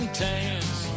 tans